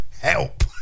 Help